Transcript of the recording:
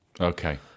Okay